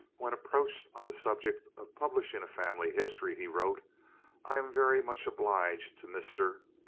when approached on the subject of publishing a family history, he wrote i am very much obliged to mr.